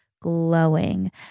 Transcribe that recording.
glowing